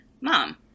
Mom